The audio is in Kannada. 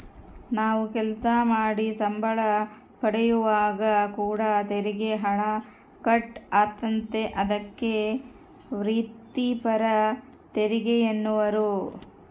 ನಾವು ಕೆಲಸ ಮಾಡಿ ಸಂಬಳ ಪಡೆಯುವಾಗ ಕೂಡ ತೆರಿಗೆ ಹಣ ಕಟ್ ಆತತೆ, ಅದಕ್ಕೆ ವ್ರಿತ್ತಿಪರ ತೆರಿಗೆಯೆನ್ನುವರು